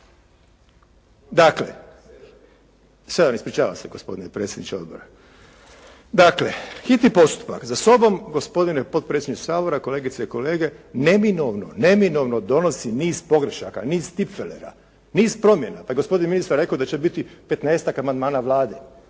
Dakle, hitni postupak, za sobom, gospodine potpredsjedniče Sabora, kolegice i kolege, neminovno donosi niz pogrešaka, niz tipfelera, niz promjena. Da je gospodin ministar rekao da će biti 15-ak amandmana Vlade,